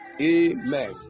Amen